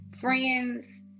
friends